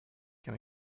can